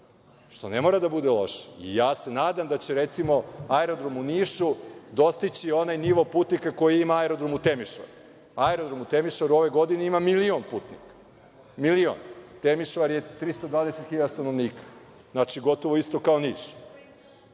što ne mora da bude loše. Ja se nadam da će recimo, Aerodrom u Nišu dostići onaj nivo putnika koji ima Aerodrom u Temišvaru. Aerodrom u Temišvaru ove godine ima milion putnika. Temišvar je 320.000 stanovnika, gotovo isto kao Niš,